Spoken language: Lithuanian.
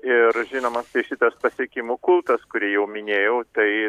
ir žinoma štai šitas pasiekimų kultas kurį jau minėjau tai